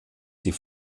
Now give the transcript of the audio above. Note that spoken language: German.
die